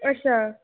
अच्छा